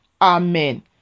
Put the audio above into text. amen